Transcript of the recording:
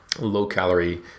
low-calorie